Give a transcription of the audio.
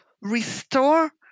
restore